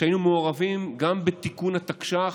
והיינו מעורבים גם בתיקון התקש"ח,